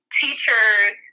teachers